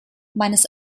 meines